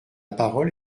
parole